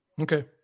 Okay